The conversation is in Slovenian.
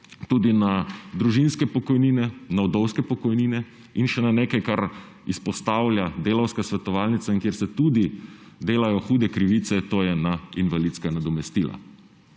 tudi na družinske pokojnine, na vdovske pokojnine in še na nekaj, kar izpostavlja Delavska svetovalnica in kjer se tudi delajo hude krivice, to je na invalidska nadomestila.